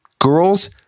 girls